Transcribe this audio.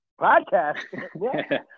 Podcast